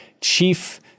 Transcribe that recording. chief